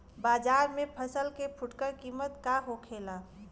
बाजार में फसल के फुटकर कीमत का होखेला?